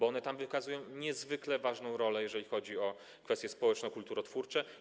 One tam odgrywają niezwykle ważną rolę, jeżeli chodzi o kwestie społeczne i kulturotwórcze.